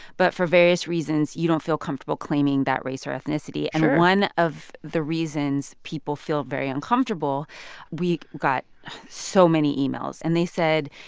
but for various reasons, you don't feel comfortable claiming that race or ethnicity sure and one of the reasons people feel very uncomfortable we got so many emails. and they said,